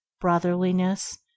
brotherliness